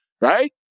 right